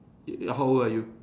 eat it how old are you